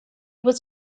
was